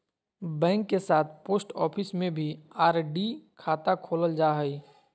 bank के साथ post office में भी आर.डी खाता खोलल जा हइ